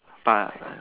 but